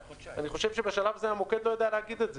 אני הבנתי ללא דיחוי, נעזוב את זה.